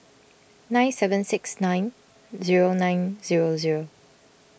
nine seven six nine zero nine zero zero